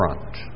front